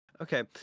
Okay